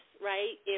right